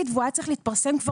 זה שכר מבזה.